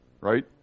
right